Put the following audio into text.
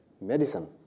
medicine